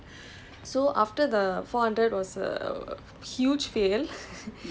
lousy I myself was lousy